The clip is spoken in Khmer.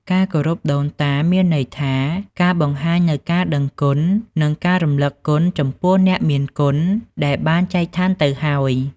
ការគោរពដូនតាមានន័យថា ការបង្ហាញនូវការដឹងគុណ និងការរំលឹកគុណចំពោះអ្នកមានគុណដែលបានចែកឋានទៅហើយ។